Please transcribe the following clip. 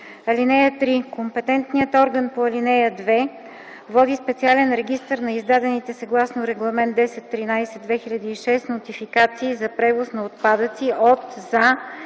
(3) Компетентният орган по ал. 2 води специален регистър на издадените съгласно Регламент 1013/2006 нотификации за превоз на отпадъци от, за